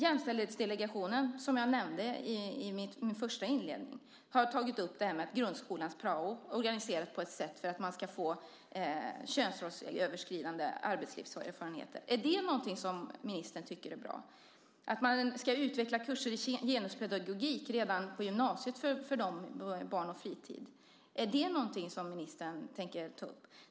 Jämställdhetsdelegationen, som jag nämnde i mitt första inlägg, har tagit upp att grundskolans prao bör organiseras på ett sätt så att man ska få könsrollsöverskridande arbetslivserfarenheter. Är det någonting som ministern tycker är bra? Det finns förslag om att man ska utveckla kurser i genuspedagogik redan på gymnasiet för dem som läser barn och fritidsprogrammet. Är det någonting som ministern tänker ta upp?